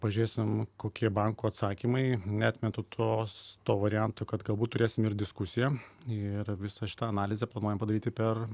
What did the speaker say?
pažiūrėsim kokie bankų atsakymai neatmetu tos to varianto kad galbūt turėsim ir diskusiją ir visą šitą analizę planuojam padaryti per